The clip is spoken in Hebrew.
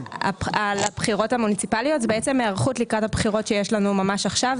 להיערכות לקראת הבחירות שיש ממש עכשיו.